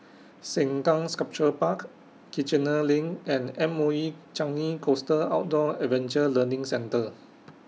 Sengkang Sculpture Park Kiichener LINK and M O E Changi Coast Outdoor Adventure Learning Centre